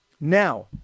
Now